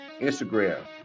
Instagram